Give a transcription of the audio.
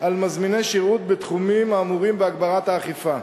על מזמיני שירות בתחומים האמורים בהגברת האכיפה.